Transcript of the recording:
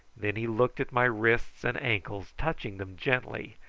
then he looked at my wrists and ankles, touching them gently,